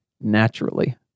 naturally